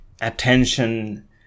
attention